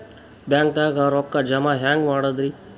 ಬ್ಯಾಂಕ್ದಾಗ ರೊಕ್ಕ ಜಮ ಹೆಂಗ್ ಮಾಡದ್ರಿ?